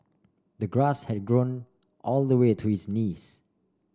the grass had grown all the way to his knees